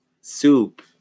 soup